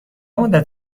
مدت